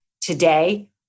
today